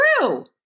true